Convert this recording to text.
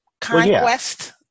conquest